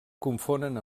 confonen